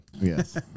Yes